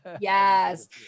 Yes